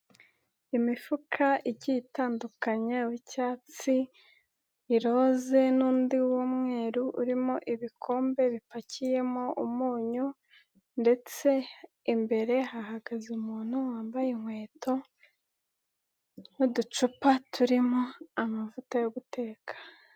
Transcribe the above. Imifuka igiye itandukanya uw'icyatsi, iroze, n'undi w'umweru, urimo ibikombe bipakiyemo umunyu, ndetse imbere hahagaze umuntu wambaye inkweto, n'uducupa turimo amavuta yo guteka.